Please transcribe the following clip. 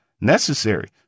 necessary